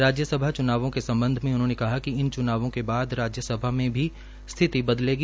राज्यसभा चुनावों के संबंध में उन्होंने कहा कि इन चुनावों के बाद राज्यसभा में भी स्थिति बदलेगी